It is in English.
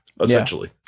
essentially